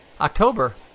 October